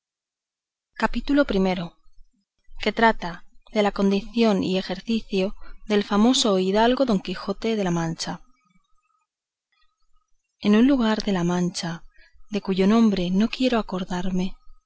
capítulo primero que trata de la condición y ejercicio del famoso hidalgo don quijote de la mancha en un lugar de la mancha de cuyo nombre no quiero acordarme